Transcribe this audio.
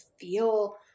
feel